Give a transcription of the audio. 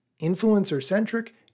influencer-centric